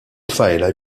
tfajla